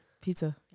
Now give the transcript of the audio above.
pizza